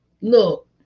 look